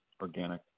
organic